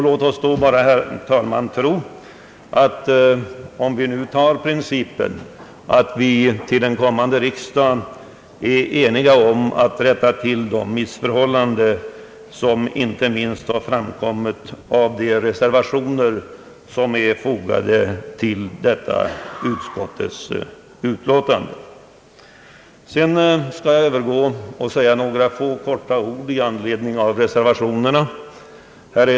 Låt oss bara, herr talman, tro att vi till en kommande riksdag skall vara eniga om att rätta till de missförhållanden som inte minst har framkommit av de reservationer som är fogade till detta utskottets betänkande. Därefter skall jag övergå till att i korthet beröra reservationerna.